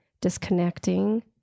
disconnecting